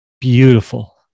beautiful